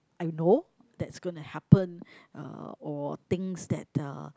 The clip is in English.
I know that's gonna happen uh or things that uh